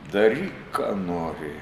daryk ką nori